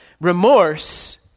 Remorse